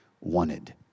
wanted